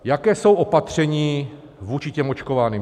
Jaká jsou opatření vůči těm očkovaným?